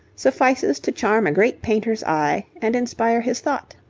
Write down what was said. suffices to charm a great painter's eye and inspire his thought.